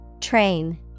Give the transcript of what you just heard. Train